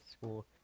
school